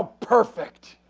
ah perfect.